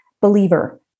believer